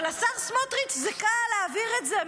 אבל לשר סמוטריץ' קל להעביר את זה,